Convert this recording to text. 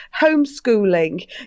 homeschooling